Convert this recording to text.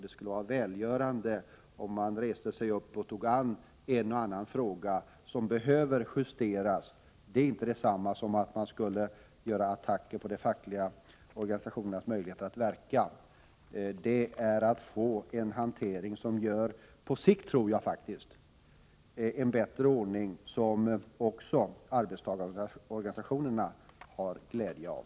Det skulle vara välgörande om ni reste er upp och tog er an en och annan fråga som behöver justeras. Det är inte detsamma som att attackera de fackliga organisationernas möjlighet att verka. Det är att få en hantering som på sikt, tror jag, faktiskt skapar en bättre ordning som också arbetstagarorganisationerna har glädje av.